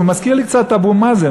הוא מזכיר לי קצת את אבו מאזן,